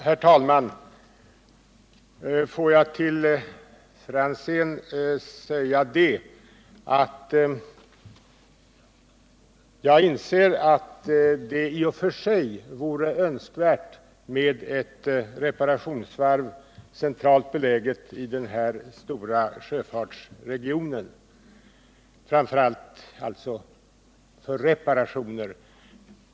Herr talman! Får jag till Tommy Franzén säga att jag inser att det i och för sig vore önskvärt med ett reparationsvarv, centralt beläget i den här stora sjöfartsregionen — framför allt alltså för reparationer.